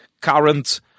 current